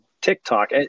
TikTok